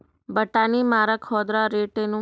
ಬಟಾನಿ ಮಾರಾಕ್ ಹೋದರ ರೇಟೇನು?